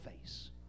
face